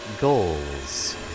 goals